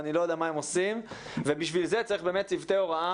לשם כך צריך צוותי הוראה